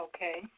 Okay